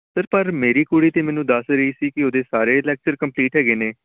sir ਪਰ ਮੇਰੀ ਕੁੜੀ ਤਾਂ ਮੈਨੂੰ ਦੱਸ ਰਹੀ ਸੀ ਕਿ ਉਹਦੇ ਸਾਰੇ ਲੈਕਚਰ ਕੰਪਲੀਟ ਹੈਗੇ ਨੇ